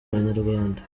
abanyarwanda